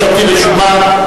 בקשתי רשומה.